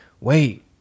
wait